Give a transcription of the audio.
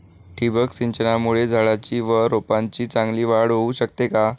ठिबक सिंचनामुळे झाडाची व रोपांची चांगली वाढ होऊ शकते का?